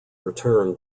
return